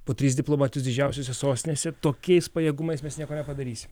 po trys diplomatus didžiausiose sostinėse tokiais pajėgumais mes nieko nepadarysim